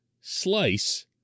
slice